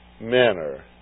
manner